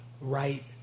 right